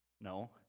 No